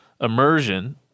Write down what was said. immersion